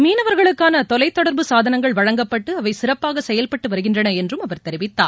மீனவர்களுக்கான தொலைத் தொடர்பு சாதனங்கள் வழங்கப்பட்டு அவை சிறப்பாக செயல்பட்டு வருகின்றன என்றும் அவர் தெரிவித்தார்